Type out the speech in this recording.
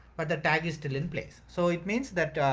but the tag is still in place. so it means that,